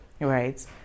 right